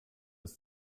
des